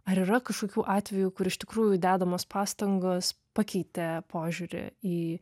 ar yra kažkokių atvejų kur iš tikrųjų dedamos pastangos pakeitė požiūrį į